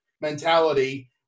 mentality